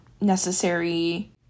necessary